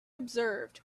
observed